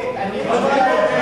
אני, אני בודק.